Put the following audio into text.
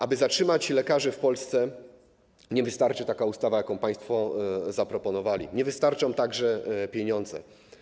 Aby zatrzymać lekarzy w Polsce, nie wystarczy taka ustawa, jaką państwo zaproponowali, nie wystarczą także pieniądze.